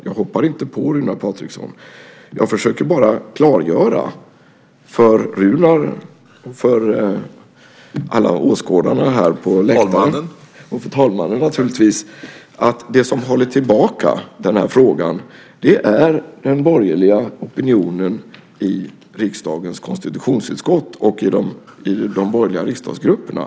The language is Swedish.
Jag hoppar inte på Runar Patriksson. Jag försöker bara klargöra för honom och för åskådarna på läktaren, och naturligtvis för talmannen, att det som håller tillbaka den här frågan är den borgerliga opinionen i riksdagens konstitutionsutskott och i de borgerliga riksdagsgrupperna.